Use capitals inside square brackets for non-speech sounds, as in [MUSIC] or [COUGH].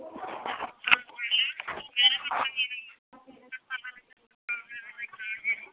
[UNINTELLIGIBLE]